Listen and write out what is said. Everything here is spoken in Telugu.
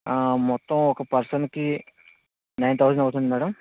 మొత్తం ఒక పర్సన్కి నైన్ తౌజన్ అవుతుంది మ్యాడమ్